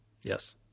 Yes